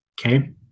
Okay